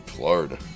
Florida